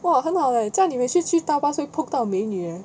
!wah! 很好 leh 那你每次去搭 bus 都会碰到美女 leh